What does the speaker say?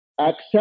Accept